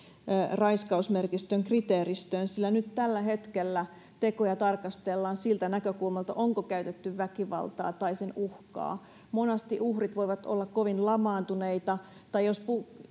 raiskausmerkistön kriteeristöön sillä nyt tällä hetkellä tekoja tarkastellaan siitä näkökulmasta onko käytetty väkivaltaa tai sen uhkaa monasti uhrit voivat olla kovin lamaantuneita tai jos